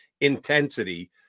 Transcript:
intensity